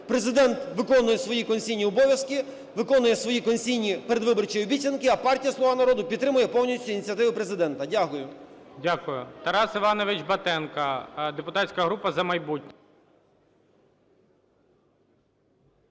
Президент виконує свої конституційні обов'язки, виконує свої конституційні передвиборчі обіцянки, а партія "Слуга народу" підтримує повністю ініціативи Президента. Дякую. ГОЛОВУЮЧИЙ. Дякую. Тарас Іванович Батенко, депутатська група "За майбутнє".